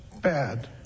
bad